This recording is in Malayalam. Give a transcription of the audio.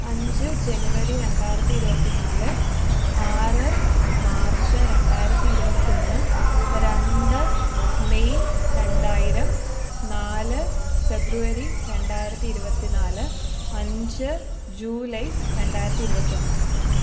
അഞ്ച് ജെനുവരി രണ്ടായിരത്തി ഇരുപത്തിനാല് ആറ് മാർച്ച് രണ്ടായിരത്തി ഇരുപത്തൊന്ന് രണ്ട് മെയ്യ് രണ്ടായിരം നാല് ഫെബ്രുവരി രണ്ടായിരത്തി ഇരുപത്തി നാല് അഞ്ച് ജൂലൈ രണ്ടായിരത്തി ഇരുപത്തൊന്ന്